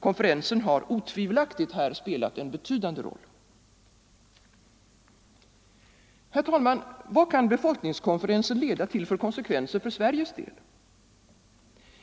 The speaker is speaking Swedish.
Konferensen har otvi = debatt velaktigt här spelat en betydande roll. Herr talman! Vad kan befolkningskonferensen leda till för konsekvenser för Sveriges del?